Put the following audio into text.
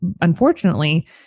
unfortunately